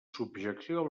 subjecció